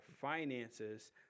finances –